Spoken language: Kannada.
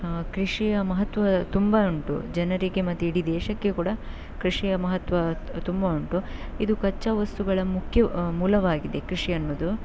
ಕೃಷಿಯ ಮಹತ್ವ ತುಂಬ ಉಂಟು ಜನರಿಗೆ ಮತ್ತು ಇಡೀ ದೇಶಕ್ಕೆ ಕೂಡ ಕೃಷಿಯ ಮಹತ್ವ ತುಂಬ ಉಂಟು ಇದು ಕಚ್ಚಾವಸ್ತುಗಳ ಮುಖ್ಯ ಮೂಲವಾಗಿದೆ ಕೃಷಿ ಅನ್ನೋದು